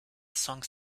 songs